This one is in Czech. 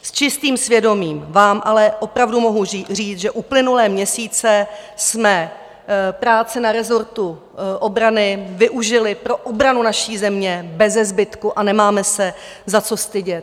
S čistým svědomím vám ale opravdu mohu říct, že uplynulé měsíce jsme práce na resortu obrany využili pro obranu naší země bezezbytku a nemáme se za co stydět.